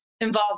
involved